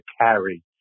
carry